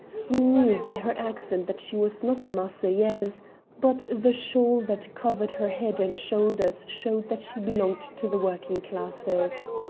he knew by her accent that she was not a marseillaise, but the shawl that covered her head and shoulders showed that she belonged to the working classes.